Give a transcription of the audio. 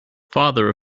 father